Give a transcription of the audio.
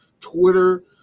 Twitter